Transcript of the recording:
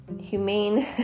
humane